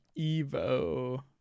evo